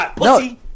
no